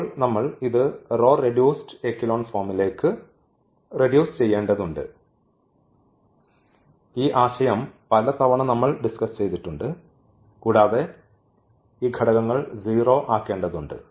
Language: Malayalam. ഇപ്പോൾ നമ്മൾ ഇത് റോ റെഡ്യൂസ്ഡ് എക്കെലോൺ ഫോംലേക്ക് റെഡ്യൂസ് ചെയ്യേണ്ടതുണ്ട് ഈ ആശയം പലതവണ നമ്മൾ ഡിസ്കസ് ചെയ്തിട്ടുണ്ട് കൂടാതെ ഈ ഘടകങ്ങൾ 0 ആക്കേണ്ടതുണ്ട്